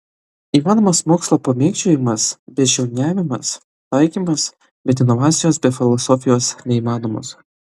įmanomas mokslo pamėgdžiojimas beždžioniavimas taikymas bet inovacijos be filosofijos neįmanomos